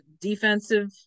defensive